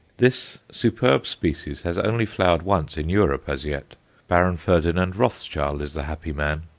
this superb species has only flowered once in europe as yet baron ferdinand rothschild is the happy man.